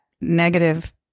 negative